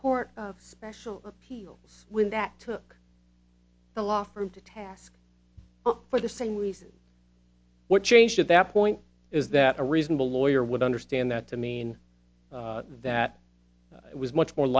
court special appeal when that took the law firm to task for the same reason what changed at that point is that a reasonable lawyer would understand that to mean that it was much more